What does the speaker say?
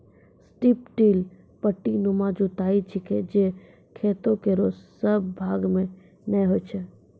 strip till पट्टीनुमा जुताई छिकै जे खेतो केरो सब भाग म नै होय छै